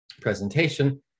presentation